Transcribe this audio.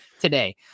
today